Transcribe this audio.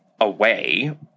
away